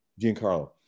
giancarlo